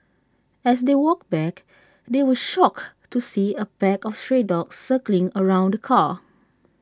as they walked back they were shocked to see A pack of stray dogs circling around the car